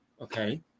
Okay